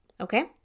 okay